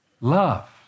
love